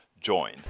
join